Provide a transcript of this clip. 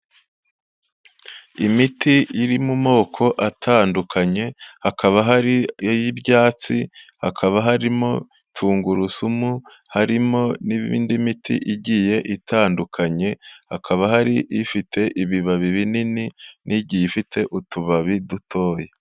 Imiti iri mu moko atandukanye, hakaba hari iy'ibyatsi, hakaba harimo tungurusumu, harimo n'indi miti igiye itandukanye, hakaba hari ifite ibibabi binini, n'igiye ifite utubabi dutoya.